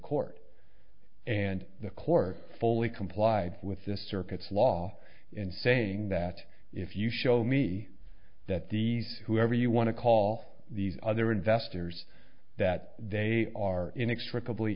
court and the court fully complied with this circuit flaw in saying that if you show me that these whoever you want to call these other investors that they are inextricably